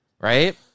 Right